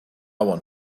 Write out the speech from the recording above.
want